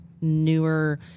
newer